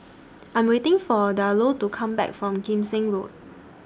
I'm waiting For Diallo to Come Back from Kim Seng Road